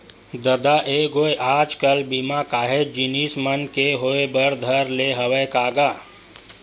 ददा ऐ गोय आज कल बीमा काहेच जिनिस मन के होय बर धर ले हवय का गा?